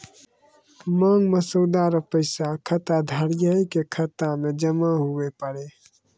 मांग मसौदा रो पैसा खाताधारिये के खाता मे जमा हुवै पारै